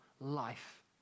life